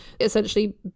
essentially